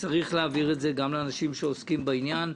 וצריך להעביר את זה גם לאנשים שעוסקים בעניין.